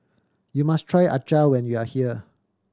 you must try acar when you are here